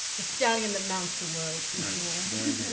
the stallion that mounts the world, for sure.